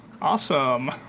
Awesome